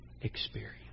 experience